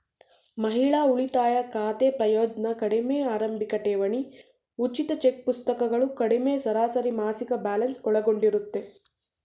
ಮಹಿಳಾ ಉಳಿತಾಯ ಖಾತೆ ಪ್ರಯೋಜ್ನ ಕಡಿಮೆ ಆರಂಭಿಕಠೇವಣಿ ಉಚಿತ ಚೆಕ್ಪುಸ್ತಕಗಳು ಕಡಿಮೆ ಸರಾಸರಿಮಾಸಿಕ ಬ್ಯಾಲೆನ್ಸ್ ಒಳಗೊಂಡಿರುತ್ತೆ